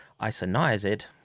isoniazid